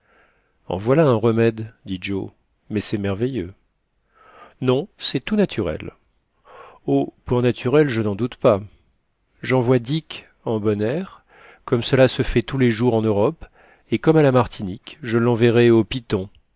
en voilà un remède dit joe mais c'est merveilleux non c'est tout naturel oh pour naturel je n'en doute pas j'envoie dick en bon air comme cela se fait tous les jours en europe et comme à la martinique je l'enverrais aux pitons